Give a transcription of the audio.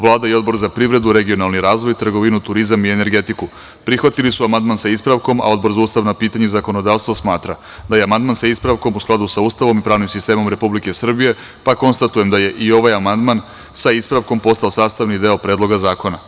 Vlada i Odbor za privredu, regionalni razvoj, trgovinu, turizam i energetiku prihvatili su amandman sa ispravkom, a Odbor za ustavna pitanja i zakonodavstvo smatra da je amandman sa ispravkom u skladu sa Ustavom i pravnim sistemom Republike Srbije, pa konstatujem da je i ovaj amandman sa ispravkom postao sastavni deo Predloga zakona.